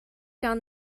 down